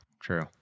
true